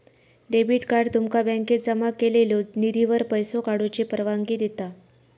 debit card तुमका बँकेत जमा केलेल्यो निधीवर पैसो काढूची परवानगी देता